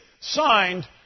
signed